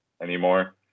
anymore